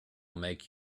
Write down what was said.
make